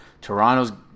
Toronto's